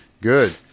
good